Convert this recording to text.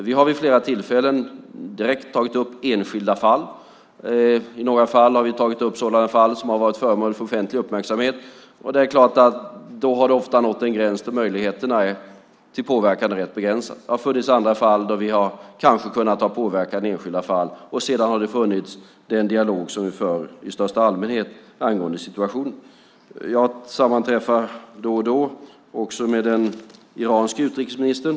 Vi har vid flera tillfällen direkt tagit upp enskilda fall. Vi har tagit upp några fall som har varit föremål för offentlig uppmärksamhet. Då har det ofta nått en gräns, för möjligheterna till påverkan är rätt begränsade. Det har funnits enskilda fall där vi kanske har kunnat påverka. Sedan har det varit den dialog som vi för i största allmänhet angående situationen. Jag sammanträffar då och då med den iranske utrikesministern.